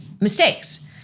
mistakes